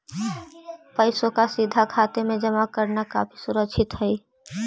पैसों का सीधा खाते में जमा करना काफी सुरक्षित हई